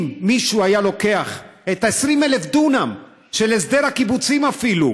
אם מישהו היה לוקח את 20,000 הדונם של הסדר הקיבוצים אפילו,